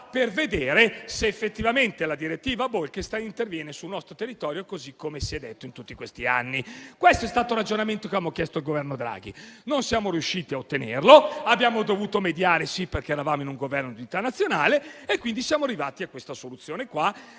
per vedere se effettivamente la direttiva Bolkestein interviene sul nostro territorio così come si è detto in tutti questi anni. Questo è stato il ragionamento che avevamo chiesto al Governo Draghi; non siamo riusciti a ottenerlo, abbiamo dovuto mediare perché eravamo in un Esecutivo di unità nazionale, quindi siamo arrivati alla soluzione